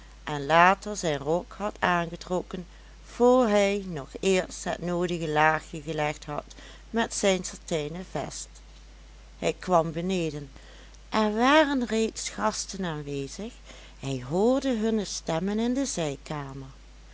en later zijn rok had aangetrokken voor hij nog eerst het noodige laagje gelegd had met zijn satijnen vest hij kwam beneden er waren reeds gasten aanwezig hij hoorde hunne stemmen in de zijkamer